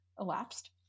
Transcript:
elapsed